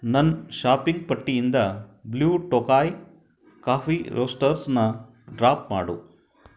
ನನ್ನ ಷಾಪಿಂಗ್ ಪಟ್ಟಿಯಿಂದ blue Tokai coffee ರೋಸ್ಟರ್ಸನ್ನ ಡ್ರಾಪ್ ಮಾಡು